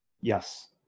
Yes